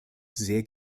sehr